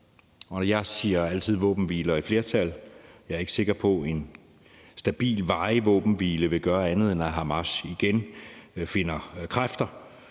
og jeg siger altid våbenhviler i flertal. Jeg er ikke sikker på, at en stabil, varig våbenhvile vil gøre andet, end at Hamas igen finder kræfter,